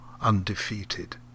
undefeated